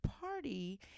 party